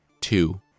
two